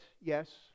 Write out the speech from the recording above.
Yes